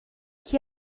qui